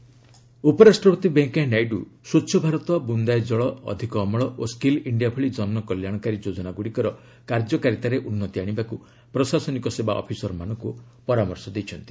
VP bureaucrats ଉପରାଷ୍ଟ୍ରପତି ଭେଙ୍କୟାନାଇଡୁ ସ୍ପଚ୍ଛ ଭାରତ ବୁନ୍ଦାଏ ଜଳ ଅଧିକ ଅମଳ ଓ ସ୍କିଲ୍ ଇଞ୍ଜିଆ ଭଳି ଜନକଲ୍ୟାଣକାରୀ ଯୋଜନାଗୁଡ଼ିକର କାର୍ଯ୍ୟକାରିତାରେ ଉନ୍ନତି ଆଶିବାକୁ ପ୍ରଶାସନିକ ସେବା ଅଫିସରମାନଙ୍କୁ ପରାମର୍ଶ ଦେଇଛନ୍ତି